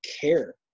care